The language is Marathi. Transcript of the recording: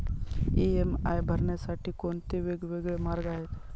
इ.एम.आय भरण्यासाठी कोणते वेगवेगळे मार्ग आहेत?